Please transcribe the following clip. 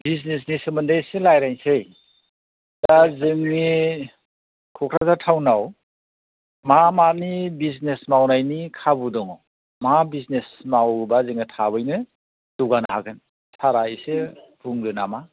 बिजनेसनि सोमोन्दै एसे रालायनोसै दा जोंनि क'क्राझार टाउनाव मा मानि बिजिनेस मावनायनि खाबु दङ मा बिजिनेस मावोबा जोङो थाबैनो जौगानो हागोन सारा एसे बुंदो नामा